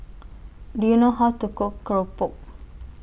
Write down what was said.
Do YOU know How to Cook Keropok